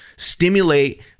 stimulate